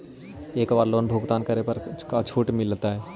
एक बार लोन भुगतान करे पर का छुट मिल तइ?